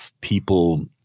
people